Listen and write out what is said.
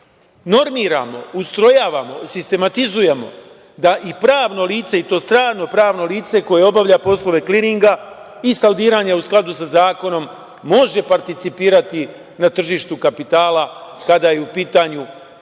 normiramo, ustrojavamo, sistematizujemo da i pravno lice, i to strano pravno lice, koje obavlja poslove kliringa i saldiranja u skladu sa zakonom, može participirati na tržištu kapitala kada je u pitanju